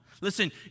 Listen